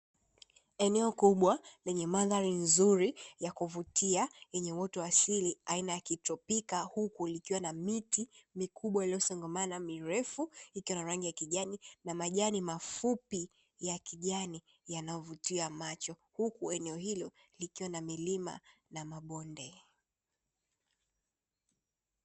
Eneo kubwa penye mandhari nzuri ya kuvutia yenye uoto wa asili aina ya kitropika huku likiwa na miti mikubwa iliyosongamana, mirefu ikiwa na rangi ya kijani na majani mafupi ya kijani yanayovutia macho. Huku eneo hilo likiwa na milima na mabonde.